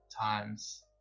times